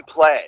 play